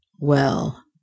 Well